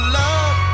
love